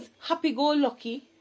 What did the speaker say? happy-go-lucky